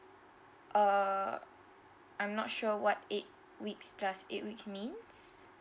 uh I'm not sure what eight weeks plus eight weeks means